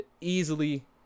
easily